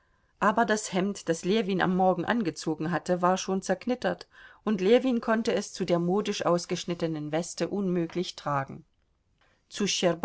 aber das hemd das ljewin am morgen angezogen hatte war schon zerknittert und ljewin konnte es zu der modisch ausgeschnittenen weste unmöglich tragen zu